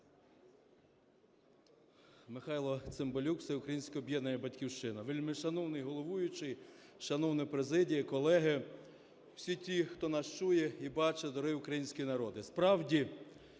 Михайло Цимбалюк, "Всеукраїнське об'єднання "Батьківщина". Вельмишановний головуючий, шановна президія, колеги, всі ті, хто нас чує і бачить, дорогий український народе!